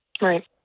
Right